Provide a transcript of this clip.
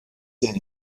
den